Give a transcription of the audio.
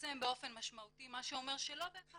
מצטמצם באופן משמעותי מה שאומר שלא בהכרח